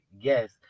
yes